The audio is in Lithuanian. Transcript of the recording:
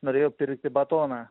norėjo pirkti batoną